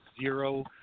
zero